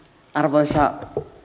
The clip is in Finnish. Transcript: arvoisa